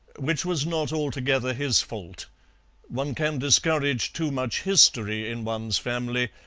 which was not altogether his fault one can discourage too much history in one's family,